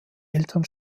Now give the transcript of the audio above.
eltern